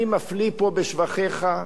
אני מפליא פה בשבחיך,